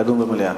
לדון במליאה.